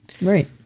Right